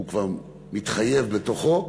הוא כבר מתחייב בתוכו,